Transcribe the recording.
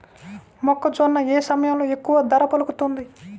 మొక్కజొన్న ఏ సమయంలో ఎక్కువ ధర పలుకుతుంది?